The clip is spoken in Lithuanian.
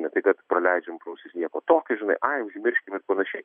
ne tai kad praleidžiam pro ausis nieko tokio žinai užmirškime panašiai